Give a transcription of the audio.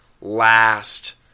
last